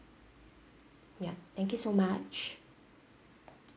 ya thank you so much